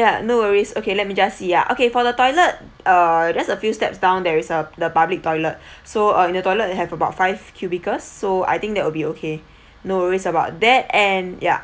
ya no worries okay let me just see ah okay for the toilet uh just a few steps down there is a the public toilet so uh in the toilet it have about five cubicles so I think that will be okay no worries about that and ya